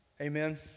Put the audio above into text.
Amen